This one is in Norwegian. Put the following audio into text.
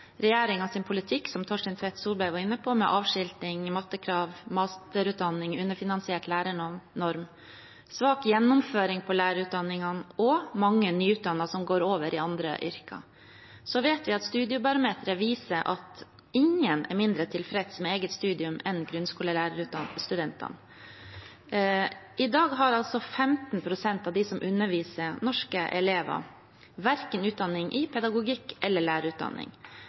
politikk, som Torstein Tvedt Solberg var inne på, med avskilting, mattekrav, masterutdanning, underfinansiert lærernorm, svak gjennomføring på lærerutdanningene og mange nyutdannede som går over i andre yrker. Vi vet at Studiebarometeret viser at ingen er mindre tilfreds med eget studium enn grunnskolelærerutdanningsstudentene. I dag har 15 pst. av dem som underviser norske elever, verken utdanning i pedagogikk eller lærerutdanning.